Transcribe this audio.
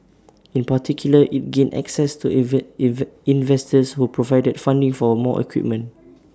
in particular IT gained access to invest invest investors who provided funding for A more equipment